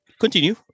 continue